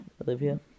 Olivia